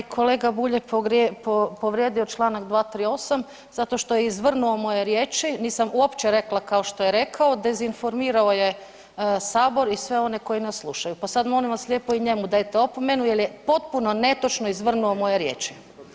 Poštovani kolega Bulj je povrijedio čl. 238. zato što je izvrnuo moje riječi, nisam uopće rekla kao što je rekao, dezinformirao je sabor i sve one koji nas slušaju, pa sad molim vas lijepo i njemu dajte opomenu jel je potpuno netočno izvrnuo moje riječi.